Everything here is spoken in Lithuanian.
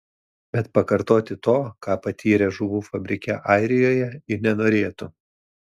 bet pakartoti to ką patyrė žuvų fabrike airijoje ji nenorėtų